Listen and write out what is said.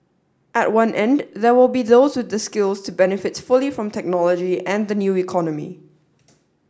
at one end there will be those with the skills to benefit fully from technology and the new economy